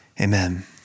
Amen